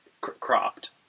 Cropped